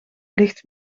ligt